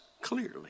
clearly